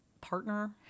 partner